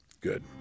good